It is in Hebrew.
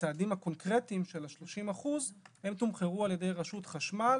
הצעדים הקונקרטיים של ה-30 אחוזים תומחרו על ידי רשות חשמל